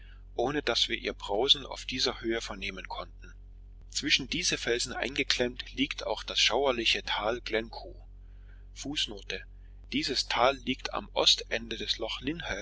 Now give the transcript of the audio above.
ohne daß wir ihr brausen auf dieser höhe vernehmen konnten zwischen diese felsen eingeklemmt liegt auch das schauerliche tal glencoe fußnote dieses tag liegt am